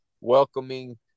welcoming